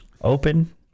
open